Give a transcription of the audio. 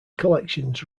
collections